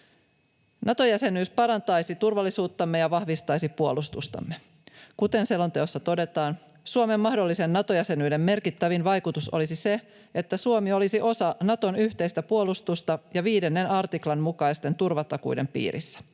Nato-jäsenyys parantaisi turvallisuuttamme ja vahvistaisi puolustustamme. Kuten selonteossa todetaan, Suomen mahdollisen Nato-jäsenyyden merkittävin vaikutus olisi se, että Suomi olisi osa Naton yhteistä puolustusta ja 5 artiklan mukaisten turvatakuiden piirissä.